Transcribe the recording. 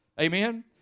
amen